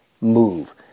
move